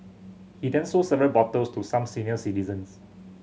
he then sold several bottles to some senior citizens